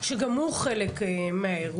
שגם הוא חלק מהאירוע.